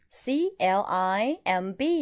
climb